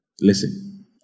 listen